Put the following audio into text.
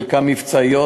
חלקן מבצעיים,